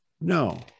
No